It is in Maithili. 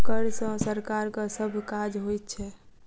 कर सॅ सरकारक सभ काज होइत छै